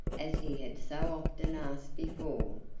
as he had so often asked before,